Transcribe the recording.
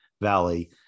valley